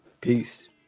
Peace